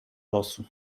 losu